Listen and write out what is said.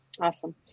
Awesome